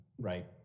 right